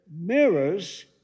mirrors